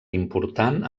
important